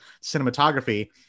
cinematography